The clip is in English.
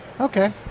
okay